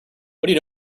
what